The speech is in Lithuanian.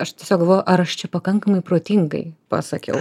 aš tiesiog galvojau ar aš čia pakankamai protingai pasakiau